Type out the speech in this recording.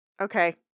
okay